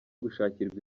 gushakirwa